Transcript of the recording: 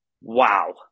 Wow